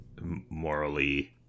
morally